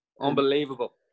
Unbelievable